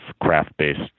craft-based